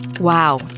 Wow